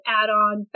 add-on